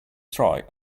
try